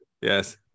Yes